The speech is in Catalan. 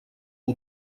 que